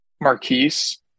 Marquise